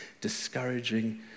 discouraging